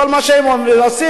כל מה שהם עושים,